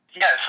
Yes